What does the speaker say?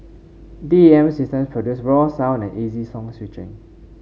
D A M systems produce raw sound and easy song switching